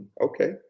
okay